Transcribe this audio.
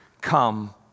come